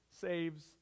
saves